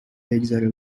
بگذره